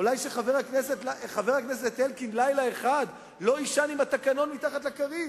אולי שחבר הכנסת אלקין לילה אחד לא יישן עם התקנון מתחת לכרית,